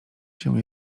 się